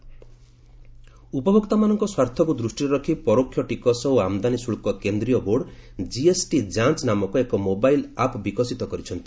CBIC GST ଉପଭୋକ୍ତାମାନଙ୍କ ସ୍ୱାର୍ଥକୁ ଦୃଷ୍ଟିରେ ରଖି ପରୋକ୍ଷ ଟିକସ ଓ ଆମଦାନୀ ଶ୍ରେଳ୍କ କେନ୍ଦୀୟ ବୋର୍ଡ ଜିଏସ୍ଟି ଯାଞ୍ଚ ନାମକ ଏକ ମୋବାଇଲ୍ ଆପ୍ ବିକଶିତ କରିଛନ୍ତି